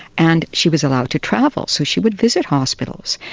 and she was allowed to travel, so she would visit hospitals,